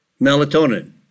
Melatonin